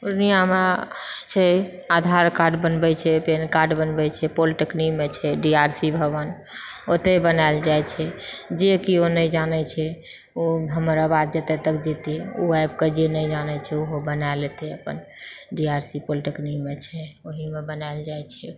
पूर्णियामऽ छै आधार कार्ड बनबै छै पैन कार्ड बनबै छै पॉलिटेक्निक मे छै डी आर सी भवन ओतय बनायल जाइ छै जे कियो नै जानै छै ओ हमर आवाज जतय तक जेतै ऊ आबिकऽ जे नै जानै छै ओहो बनाय लेतै अपन डी आर सी पॉलिटेक्निक मऽ छै ओहीमऽ बनायल जाइ छै